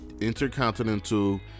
Intercontinental